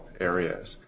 areas